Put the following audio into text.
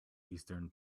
eastern